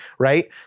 Right